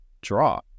draw